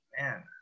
man